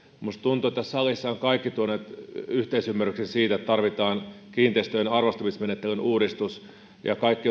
minusta tuntuu että tässä salissa ovat kaikki tuoneet esiin yhteisymmärryksen siitä että tarvitaan kiinteistöjen arvostamismenettelyn uudistus ja kaikki